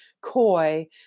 coy